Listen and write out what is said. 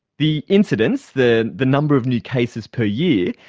the incidence, the the number of new cases per year,